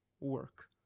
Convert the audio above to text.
work